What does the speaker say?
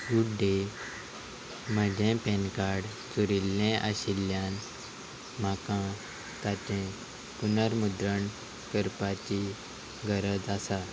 good day म्हजें PAN card चुरिल्लें आशिल्ल्यान म्हाका ताचें पुनर्मुद्रण करपाची गरज आसा